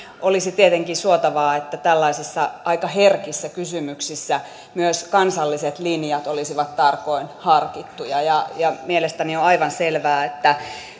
olisi tietenkin suotavaa että tällaisissa aika herkissä kysymyksissä myös kansalliset linjat olisivat tarkoin harkittuja ja ja mielestäni on aivan selvää että